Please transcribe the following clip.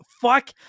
Fuck